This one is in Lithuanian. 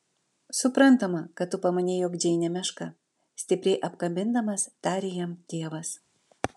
suprantama kad tu pamanei jog džeinė meška stipriai apkabindamas tarė jam tėvas